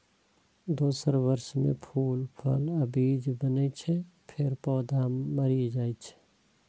दोसर वर्ष मे फूल, फल आ बीज बनै छै, फेर पौधा मरि जाइ छै